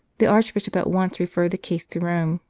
the archbishop at once referred the case to rome,